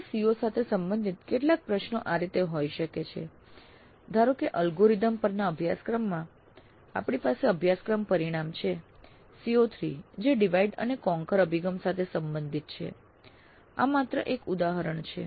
ચોક્કસ CO સાથે સંબંધિત કેટલાક પ્રશ્નો આ રીતે હોઈ શકે છે ધારો કે એલ્ગોરિધમ્સ પરના અભ્યાસક્રમમાં આપણી પાસે અભ્યાસક્રમ પરિણામ છે CO3 જે ડિવાઇડ અને કોન્કવર અભિગમ સાથે સંબંધિત છે આ માત્ર એક ઉદાહરણ છે